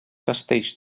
castells